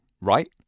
right